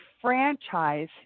franchise